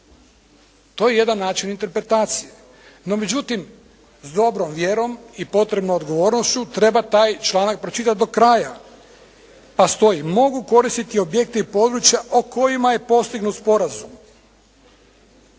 To je jedan način interpretacije. No međutim, s dobrom vjerom i potrebnom odgovornošću treba taj članak pročitati do kraja, pa stoji, mogu koristiti objekte i područja o kojima je postignut sporazum.